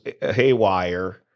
haywire